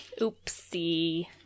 Oopsie